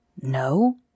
No